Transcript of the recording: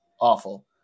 awful